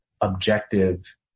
objective